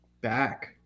back